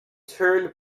turned